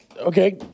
Okay